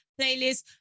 Playlist